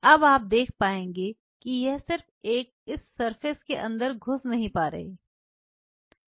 अब आप देख पाएंगे कि यह सिर्फ इस सरफेस के अंदर घुस नहीं पा रहे हैं